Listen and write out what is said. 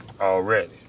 already